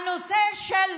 על הנושא של